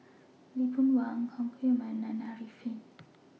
Lee Boon Wang Chong Heman and Arifin